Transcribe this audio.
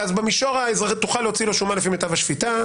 תוכל להוציא לו שומה לפי מיטב השפיטה,